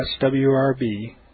swrb